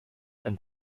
and